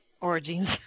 Origins